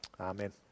Amen